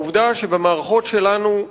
העובדה שבמערכות שלנו,